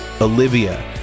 olivia